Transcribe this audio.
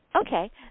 Okay